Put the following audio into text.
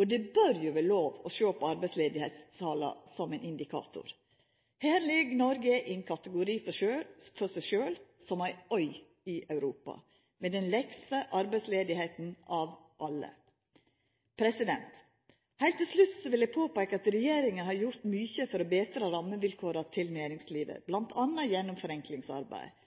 Og det bør jo vera lov å sjå på arbeidsløysetala som ein indikator. Her ligg Noreg i ein kategori for seg sjølv, som ei øy i Europa, med den lågaste arbeidsløysa av alle. Heilt til slutt vil eg påpeika at regjeringa har gjort mykje for å betra rammevilkåra for næringslivet, bl.a. gjennom forenklingsarbeid.